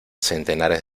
centenares